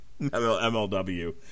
MLW